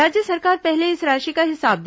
राज्य सरकार पहले इस राशि का हिसाब दे